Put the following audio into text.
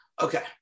Okay